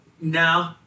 No